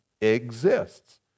exists